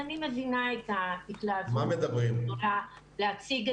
אני מבינה את ההתלהבות הגדולה להציג את זה כאן.